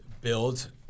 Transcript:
build